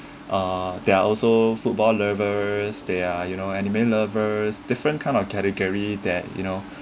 uh there are also football lovers they are you know anime lovers different kind of category that you know